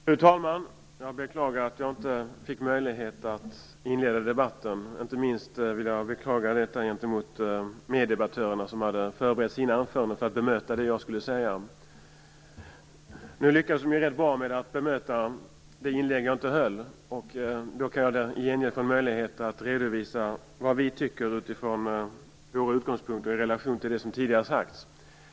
Fru talman! Jag beklagar att jag inte fick möjlighet att inleda debatten. Inte minst vill jag beklaga detta gentemot meddebattörerna, som hade förberett sina anföranden för att bemöta det jag skulle säga. Nu lyckades de rätt bra med att bemöta det inlägg jag inte höll, och jag kan då i gengäld få en möjlighet att redovisa vad vi tycker från vår utgångspunkt och i relation till det som tidigare sagts.